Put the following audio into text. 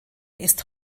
ist